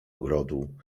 ogrodu